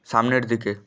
সামনের দিকে